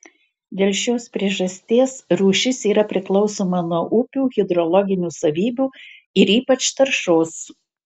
dėl šios priežasties rūšis yra priklausoma nuo upių hidrologinių savybių ir ypač taršos